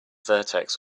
vertex